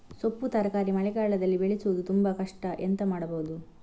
ಸೊಪ್ಪು ತರಕಾರಿ ಮಳೆಗಾಲದಲ್ಲಿ ಬೆಳೆಸುವುದು ತುಂಬಾ ಕಷ್ಟ ಎಂತ ಮಾಡಬಹುದು?